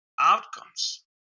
outcomes